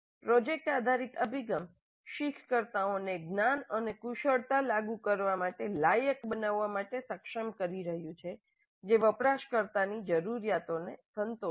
project આધારિત અભિગમ શીખકર્તાઓને જ્ઞાન અને કુશળતા લાગુ કરવા માટે લાયક બનાવવા માટે સક્ષમ કરી રહ્યું છે જે વપરાશકર્તાની જરૂરિયાતોને સંતોષે છે